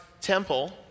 temple